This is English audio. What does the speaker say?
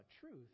truth